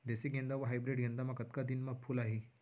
देसी गेंदा अऊ हाइब्रिड गेंदा म कतका दिन म फूल आही?